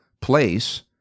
place